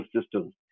systems